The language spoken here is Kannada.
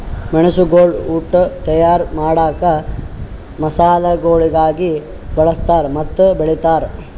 ಮೆಣಸುಗೊಳ್ ಉಟ್ ತೈಯಾರ್ ಮಾಡಾಗ್ ಮಸಾಲೆಗೊಳಾಗಿ ಬಳ್ಸತಾರ್ ಮತ್ತ ಬೆಳಿತಾರ್